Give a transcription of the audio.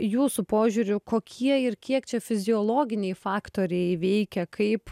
jūsų požiūriu kokie ir kiek čia fiziologiniai faktoriai veikia kaip